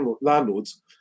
landlords